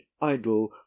idle